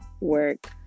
work